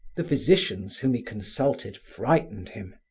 the physicians whom he consulted frightened him.